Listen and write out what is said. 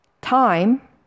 time